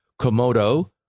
Komodo